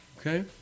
Okay